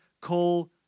call